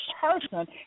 person